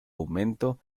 aumento